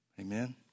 Amen